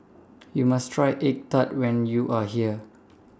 YOU must Try Egg Tart when YOU Are here